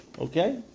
Okay